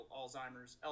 Alzheimer's